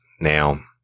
now